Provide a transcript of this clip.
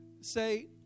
say